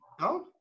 No